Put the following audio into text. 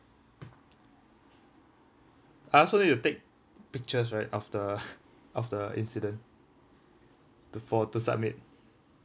I also you take pictures right after after incident to for to submit